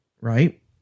right